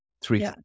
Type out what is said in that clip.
three